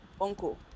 uncle